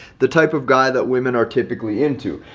the type of guy that women are typically into.